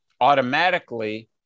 automatically